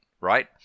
right